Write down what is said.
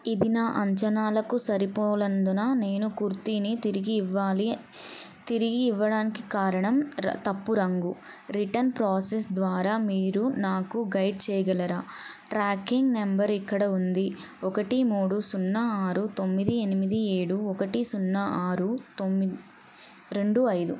ఇది నా అంచనాలకు సరిపోలందున నేను కుర్తీని తిరిగి ఇవ్వాలి తిరిగి ఇవ్వడానికి కారణం ర తప్పు రంగు రిటర్న్ ప్రాసెస్ ద్వారా మీరు నాకు గైడ్ చేయగలరా ట్రాకింగ్ నెంబర్ ఇక్కడ ఉంది ఒకటి మూడు సున్నా ఆరు తొమ్మిది ఎనిమిది ఏడు ఒకటి సున్నా ఆరు తొమ్మిది రెండు ఐదు